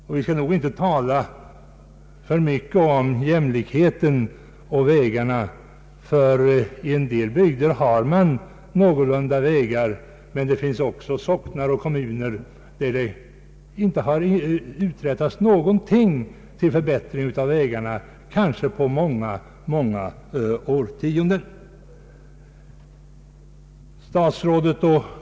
Man bör nog inte när det gäller vägarna tala alltför mycket om jämlikhet, ty i en del bygder har man någorlunda hyggliga vägar, medan det i andra kommuner på många årtionden inte uträttats någonting alls för att förbättra vägarna.